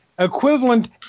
Equivalent